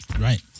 Right